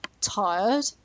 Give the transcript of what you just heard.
tired